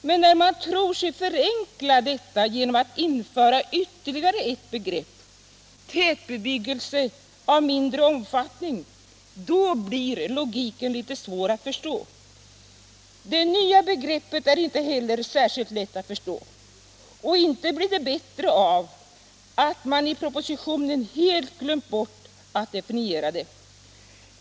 Men när man tror sig förenkla detta genom att införa ytterligare ett begrepp — ”tätbebyggelse av mindre omfattning” — blir logiken litet svår att förstå. Det nya begreppet är inte heller särskilt lättförståeligt. Och inte blir det bättre av att man i propositionen helt glömt bort att definiera det.